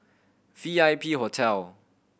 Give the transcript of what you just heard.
V I P Hotel